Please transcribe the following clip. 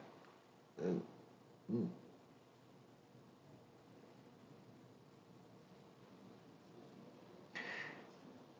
and mm